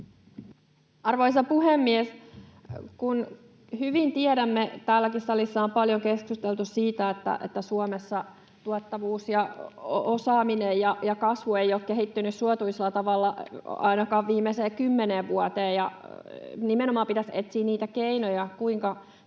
Arvoisa puhemies! Kun hyvin tiedämme — täälläkin salissa on paljon keskusteltu siitä, että Suomessa tuottavuus ja osaaminen ja kasvu eivät ole kehittyneet suotuisalla tavalla ainakaan viimeiseen kymmeneen vuoteen ja nimenomaan pitäisi etsiä niitä keinoja, kuinka